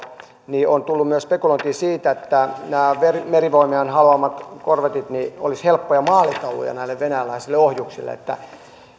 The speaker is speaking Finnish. niin on tullut myös spekulointia siitä että nämä merivoimien haluamat korvetit olisivat helppoja maalitauluja näille venäläisille ohjuksille